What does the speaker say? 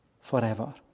forever